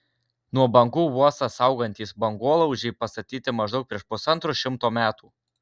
nuo bangų uostą saugantys bangolaužiai pastatyti maždaug prieš pusantro šimto metų